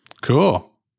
Cool